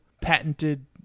patented